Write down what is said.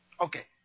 Okay